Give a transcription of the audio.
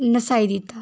नसाई दित्ता